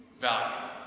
Value